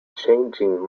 changing